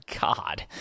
God